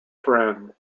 friend